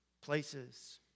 places